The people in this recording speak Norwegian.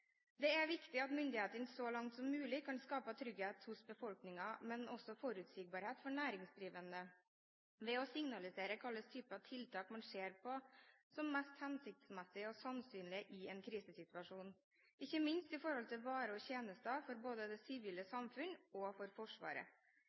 Det er viktig at myndighetene så langt som mulig kan skape trygghet hos befolkningen og forutsigbarhet for næringsdrivende, ved å signalisere hvilke typer tiltak man ser på som mest hensiktsmessige og sannsynlige i en krisesituasjon, ikke minst med hensyn til varer og tjenester for både det sivile